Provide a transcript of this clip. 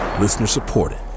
Listener-supported